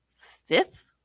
fifth